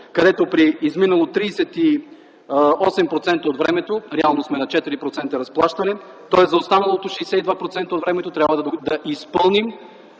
където при изминало 38% от времето, реално сме на 4% разплащане. Тоест за останалото 62% от времето трябва да изпълним